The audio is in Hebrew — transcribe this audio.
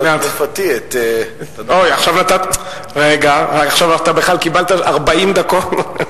לא את חליפתי, רגע, עכשיו אתה בכלל קיבלת 40 דקות.